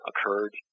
occurred